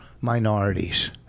minorities